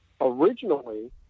originally